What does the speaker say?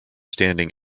standing